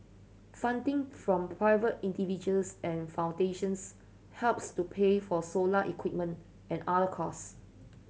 funding from private individuals and foundations helps to pay for solar equipment and other cost